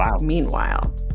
meanwhile